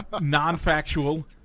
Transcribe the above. non-factual